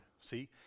See